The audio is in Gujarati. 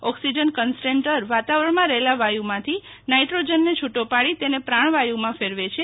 ઓક્સિજન કનસન્ટ્રેટર વાતાવરણમાં રહેલા વાયુ માંથી નાઈટ્રોજનને છુટો પાડી તેને પ્રાણવાયુ માં ફેરવે છે